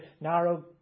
narrow